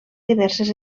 diverses